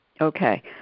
Okay